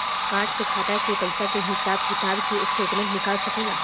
Card से खाता के पइसा के हिसाब किताब के स्टेटमेंट निकल सकेलऽ?